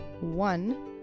one